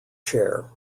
chair